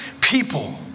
people